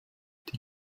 die